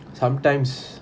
sometimes